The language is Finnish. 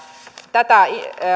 tätä